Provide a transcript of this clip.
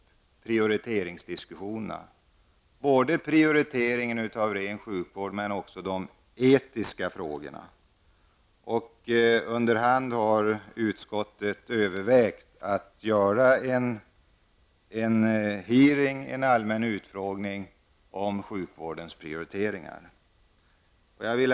Det gäller en diskussion både om prioriteringen inom den egentliga sjukvården och om de etiska frågorna. Utskottet har övervägt att anordna en allmän utfrågning om prioriteringarna inom sjukvården.